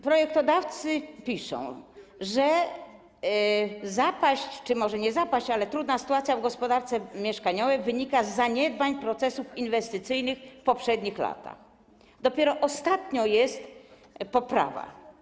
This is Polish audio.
Projektodawcy piszą, że zapaść czy może nie zapaść, ale trudna sytuacja w gospodarce mieszkaniowej wynika z zaniedbań procesów inwestycyjnych w poprzednich latach, dopiero ostatnio jest poprawa.